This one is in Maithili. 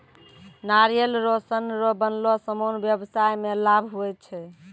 नारियल रो सन रो बनलो समान व्याबसाय मे लाभ हुवै छै